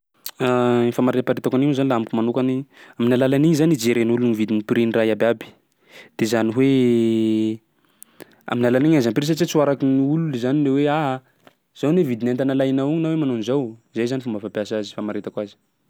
Ny famariparitako an'igny zany laha amiko manokany, amin'ny alalan'igny zany ijeren'olona ny vidin'ny prix-n'ny raha iabiaby. De zany hoe amin'ny alalan'igny ahaiza ny prix satsia tsy ho araky gny olo zany le hoe aaa zao ne vindin'entana alainao io na hoe manao an'izao. Zay zany fomba fampiasa azy, famaritako azy.